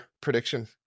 prediction